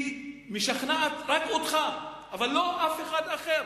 היא משכנעת רק אותך, ולא אף אחד אחר.